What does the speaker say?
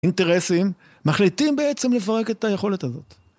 אינטרסים, מחליטים בעצם לפרק את היכולת הזאת.